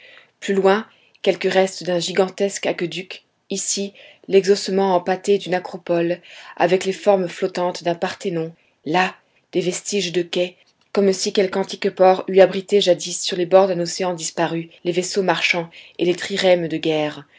plus loin quelques restes d'un gigantesque aqueduc ici l'exhaussement empâté d'une acropole avec les formes flottantes d'un parthénon là des vestiges de quai comme si quelque antique port eût abrité jadis sur les bords d'un océan disparu les vaisseaux marchands et les trirèmes de guerre